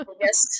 yes